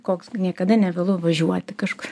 koks niekada nevėlu važiuoti kažkur